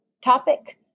topic